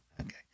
Okay